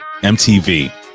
MTV